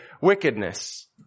wickedness